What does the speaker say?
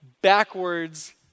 backwards